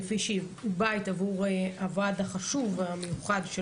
כפי שהיא בית עבור הוועד החשוב והמיוחד של